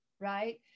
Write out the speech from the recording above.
right